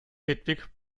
hedwig